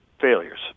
failures